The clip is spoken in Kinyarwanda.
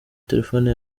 telefone